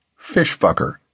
Fishfucker